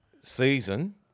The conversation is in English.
season